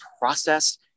process